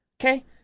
Okay